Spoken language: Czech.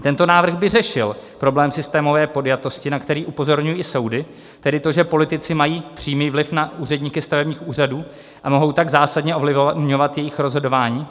Tento návrh by řešil problém systémové podjatosti, na který upozorňují i soudy, tedy to, že politici mají přímý vliv na úředníky stavebních úřadů a mohou tak zásadně ovlivňovat jejich rozhodování.